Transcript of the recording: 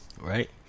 right